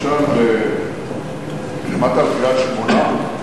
למשל, שמעת על קריית-שמונה?